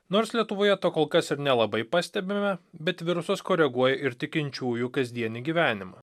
nors lietuvoje to kol kas ir nelabai pastebime bet virusas koreguoja ir tikinčiųjų kasdienį gyvenimą